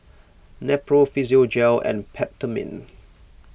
Nepro Physiogel and Peptamen